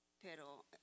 Pero